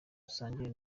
gusangira